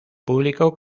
público